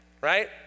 right